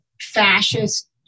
fascist